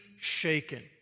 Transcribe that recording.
shaken